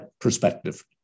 perspective